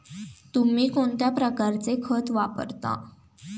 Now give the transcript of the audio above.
तुम्ही कोणत्या प्रकारचे खत वापरता?